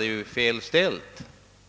är fel ställt.